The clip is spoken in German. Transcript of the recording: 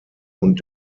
und